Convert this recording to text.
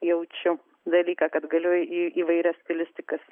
jaučiu dalyką kad galiu į įvairias stilistikas